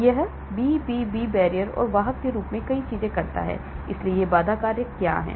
यह BBB barrier और वाहक के रूप में कई चीजें करता है इसलिए ये बाधा कार्य क्या हैं